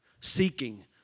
Seeking